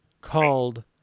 called